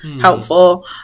helpful